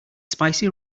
spicy